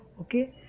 Okay